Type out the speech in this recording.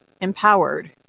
empowered